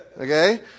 Okay